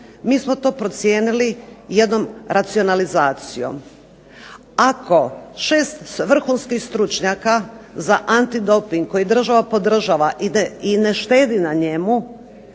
mi smo to procijenili jednom racionalizacijom. Ako 6 vrhunskih stručnjaka za antidoping, koji država podržava i ne štedi na njemu,